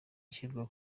ishyirwa